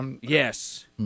Yes